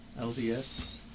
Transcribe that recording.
LDS